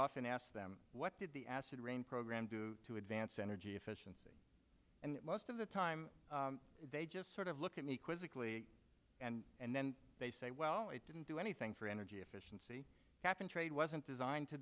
often asked them what did the acid rain program do to advance energy efficiency and most of the time they just sort of looked at me quizzically and and then they say well it didn't do anything for energy efficiency cap and trade wasn't designed to